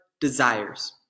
desires